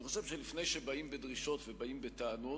אני חושב שלפני שבאים בדרישות ובאים בטענות,